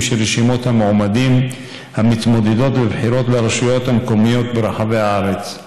של רשימות המועמדים המתמודדות בבחירות לרשויות המקומיות ברחבי הארץ.